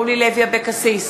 אבקסיס,